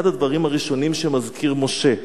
אחד הדברים הראשונים שמזכיר משה,